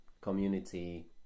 community